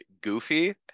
goofy